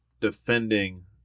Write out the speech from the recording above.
defending